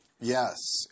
Yes